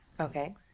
Okay